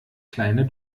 kleine